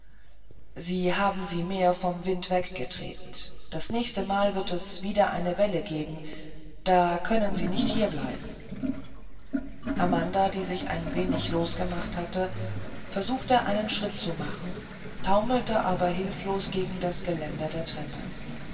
sie haben sie mehr vom wind weggedreht nächstes mal wird es wieder eine welle geben sie können nicht hier bleiben amanda die sich ein wenig losgemacht hatte versuchte einige schritte zu machen taumelte aber hilflos gegen das geländer der treppe